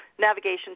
navigation